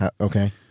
okay